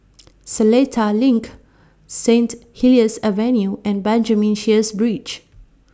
Seletar LINK Saint Helier's Avenue and Benjamin Sheares Bridge